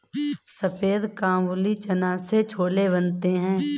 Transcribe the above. सफेद काबुली चना से छोले बनते हैं